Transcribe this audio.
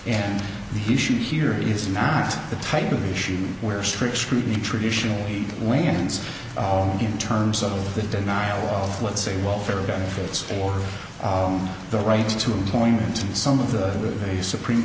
and the issue here is not the type of issue where strict scrutiny traditionally lands in terms of the denial of let's say welfare benefits or the right to employment some of the supreme